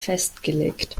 festgelegt